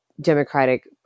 democratic